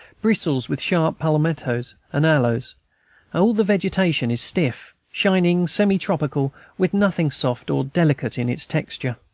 bristles with sharp palmettoes and aloes all the vegetation is stiff, shining, semi-tropical, with nothing soft or delicate in its texture.